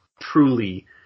truly